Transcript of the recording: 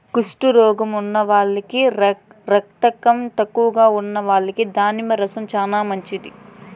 కుష్టు రోగం ఉన్నోల్లకి, రకతం తక్కువగా ఉన్నోల్లకి దానిమ్మ రసం చానా మంచిది